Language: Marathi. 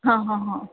हां हां हां